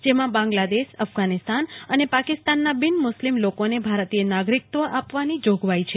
જેમાં બાંગ્લાદેશ અફઘાનિસ્તાન અને પાકિસ્તાનના બિન મુસ્લીમ લોકોને ભારતીય નાગરીકત્વ આપવાની જોગવાઈ છે